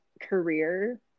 career